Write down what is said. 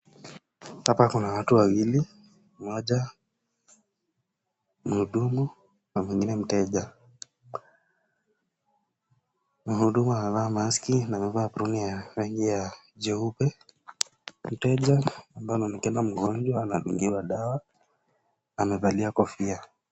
Hapa kuna watu wawili, mmoja ni muhudumu na mwingine mteja. Muhudumu amevaa maski na uproni jeupe. Mteja ambaye anaonekana mgonjwa anadungiwa dawa amevalia kofia.